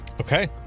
Okay